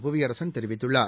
புவியரசன் தெரிவித்துள்ளார்